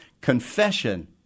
Confession